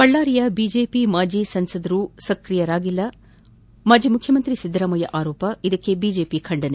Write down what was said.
ಬಳ್ಳಾಶರಿಯ BJP ಮಾಜಿ ಸಂಸದರು ಸ್ಕ್ರಿಯರಾಗಿಲ್ಲ ಮಾಜಿ ಮುಖ್ಯ ಮಂತ್ರಿ ಸಿದ್ದರಾಮಯ್ಯ ಆರೋಪ ಇದಕ್ಕೆ ಬಿಜೆಪಿ ಖಂಡನೆ